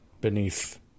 beneath